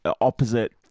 opposite